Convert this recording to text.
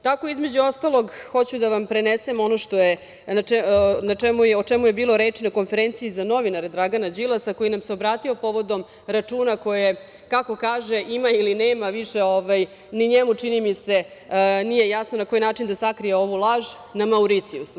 Tako između ostalog hoću da vam prenesem ono o čemu je bilo reči na konferenciji za novinare Dragana Đilasa koji nam se obratio povodom računa koje kako kaže ima ili nema više ni njemu, čini mi se nije jasno na koji način da sakrije ovu laž na Mauricijusu.